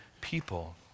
people